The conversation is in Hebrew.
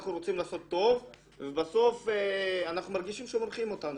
אנחנו רוצים לעשות טוב ובסוף אנחנו מרגישים שמורחים אותנו.